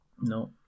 No